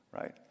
right